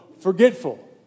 forgetful